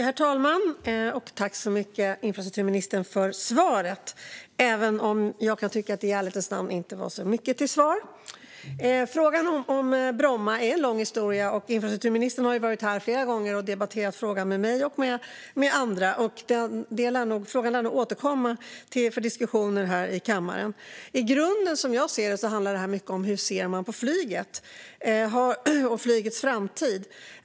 Herr talman! Jag tackar infrastrukturministern så mycket för svaret, även om jag i ärlighetens namn kan tycka att det inte var mycket till svar. Frågan om Bromma är en lång historia. Infrastrukturministern har varit här flera gånger och debatterat frågan med mig och andra, och den lär nog återkomma för diskussioner här i kammaren. I grunden handlar det som jag ser det mycket om hur man ser på flyget och dess framtid.